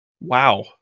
wow